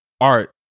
art